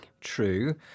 True